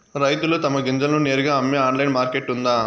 రైతులు తమ గింజలను నేరుగా అమ్మే ఆన్లైన్ మార్కెట్ ఉందా?